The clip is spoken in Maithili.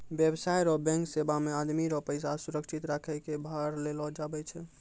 व्यवसाय रो बैंक सेवा मे आदमी रो पैसा सुरक्षित रखै कै भार लेलो जावै छै